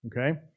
Okay